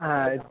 হ্যাঁ এ